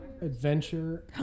adventure